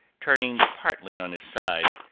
turning partly on his side,